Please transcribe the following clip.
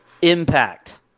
Impact